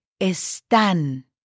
están